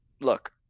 look